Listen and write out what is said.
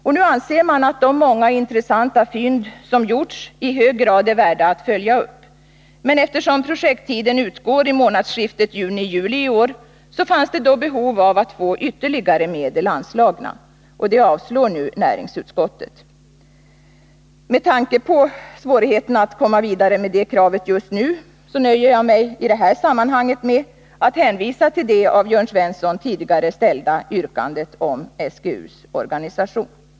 Och nu anser man att de många intressanta fynd som gjorts i hög grad är värda att följas upp. Men eftersom projekttiden utgår vid månadsskiftet juni-juli i år finns det behov av att få ytterligare medel anslagna. Förslag härom avstyrker näringsutskottet. Med tanke på svårigheterna att komma vidare med det kravet just nu nöjer jag mig i detta sammanhang med att hänvisa till det av Jörn Svensson tidigare ställda yrkandet om SGU:s organisation.